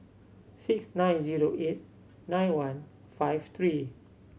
six nine zero eight nine one five three